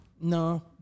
No